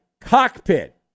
cockpit